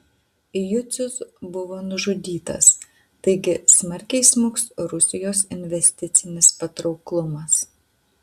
jucius buvo nužudytas taigi smarkiai smuks rusijos investicinis patrauklumas